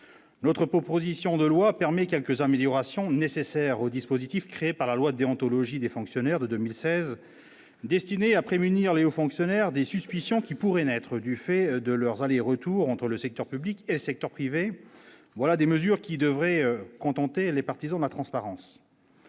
notre proposition de loi permet quelques améliorations nécessaires au dispositif créé par la loi, déontologie des fonctionnaires de 2016 destiné à prémunir Les aux fonctionnaires des suspicions qui pourrait naître du fait de leurs allers-retours entre le secteur public et secteur privé, voilà des mesures qui devrait contenter les partisans de la transparence,